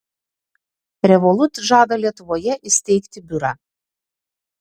revolut žada lietuvoje įsteigti biurą